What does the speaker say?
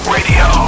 Radio